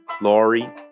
Laurie